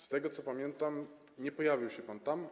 Z tego, co pamiętam, nie pojawił się pan tam.